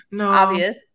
obvious